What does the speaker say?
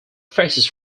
faces